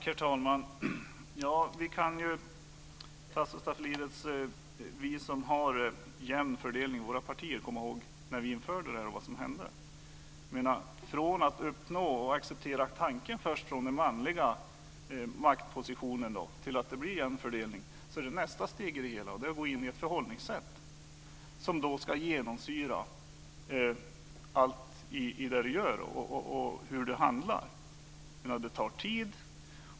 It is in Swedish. Herr talman! Vi som har en jämn fördelning i våra partier, Tasso Stafilidis, kan ju komma ihåg vad som hände när vi införde den. Sedan man uppnått och från de manliga maktpositionerna accepterat tanken på jämn fördelning kommer nästa steg i det hela, och det är att gå in i ett förhållningssätt som ska genomsyra allt ens handlande. Det tar tid.